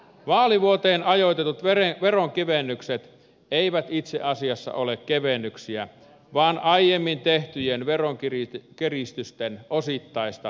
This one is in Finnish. vaalivuoteen ajoitetut veronkevennykset eivät itse asiassa ole kevennyksiä vaan aiemmin tehtyjen veronkiristysten osittaista perumista